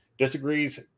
disagrees